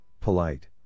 polite